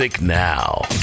Now